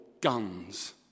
guns